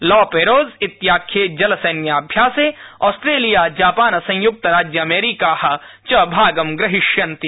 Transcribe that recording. ला पेरोज्इत्याख्येजलसैन्याभ्यासे Australia Japan संयुक्तराज्य America च भागं ग्रहीष्यन्ति